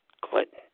Clinton